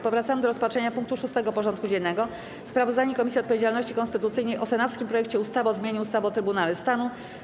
Powracamy do rozpatrzenia punktu 6. porządku dziennego: Sprawozdanie Komisji Odpowiedzialności Konstytucyjnej o senackim projekcie ustawy o zmianie ustawy o Trybunale Stanu.